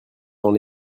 dans